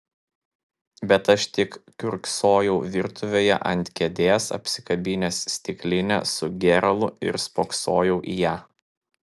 bet aš tik kiurksojau virtuvėje ant kėdės apsikabinęs stiklinę su gėralu ir spoksojau į ją